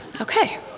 Okay